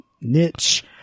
niche